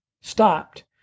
stopped